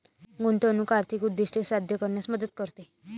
गुंतवणूक आर्थिक उद्दिष्टे साध्य करण्यात मदत करते